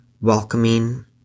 welcoming